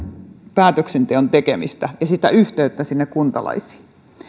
päätöksenteon tekemistä ja yhteyttä kuntalaisiin